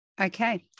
Okay